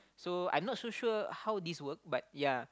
so I'm not so sure how this work but ya